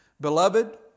Beloved